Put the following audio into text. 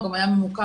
הוא גם היה ממוקם